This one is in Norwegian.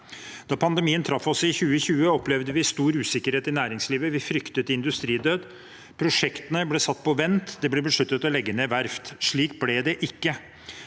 Da pandemien traff oss i 2020, opplevde vi stor usikkerhet i næringslivet. Vi fryktet industridød, prosjektene ble satt på vent, og det ble besluttet å legge ned verft. Slik ble det ikke.